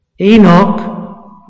Enoch